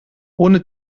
ohne